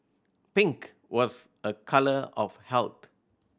pink was a colour of health